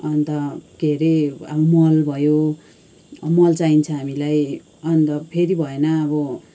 अन्त के अरे अब मल भयो मल चाहिन्छ हामीलाई अन्त फेरि भएन अब